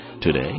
today